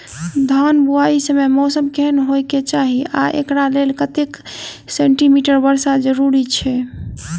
धान बुआई समय मौसम केहन होइ केँ चाहि आ एकरा लेल कतेक सँ मी वर्षा जरूरी छै?